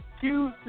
two